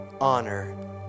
honor